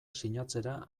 sinatzera